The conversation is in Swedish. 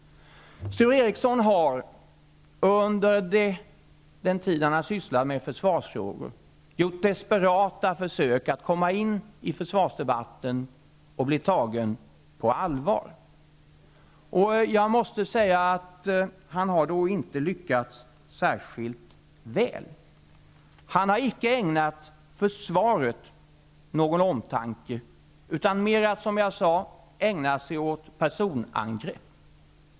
Sture Ericson har under den tid han har sysslat med försvarsfrågor gjort desperata försök att komma in i försvarsdebatten och bli tagen på allvar. Jag måste säga att han inte har lyckats särskilt väl. Han har inte ägnat försvaret någon omtanke, utan mera -- som jag sade -- ägnat sig åt personangrepp.